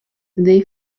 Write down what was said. they